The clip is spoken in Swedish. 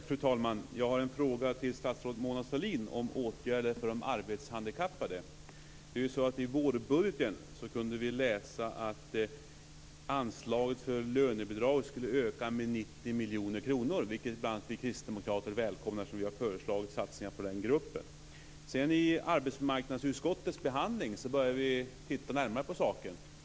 Fru talman! Jag har en fråga till statsrådet Mona Sahlin om åtgärder för de arbetshandikappade. I vårbudgeten kunde vi läsa att anslaget för lönebidrag skulle öka med 90 miljoner kronor, vilket bl.a. vi kristdemokrater välkomnade, eftersom vi har föreslagit satsningar på den gruppen. Vid arbetsmarknadsutskottets behandling av detta började vi titta närmare på saken.